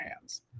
Hands